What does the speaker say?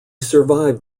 survived